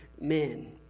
men